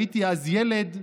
הייתי אז ילד.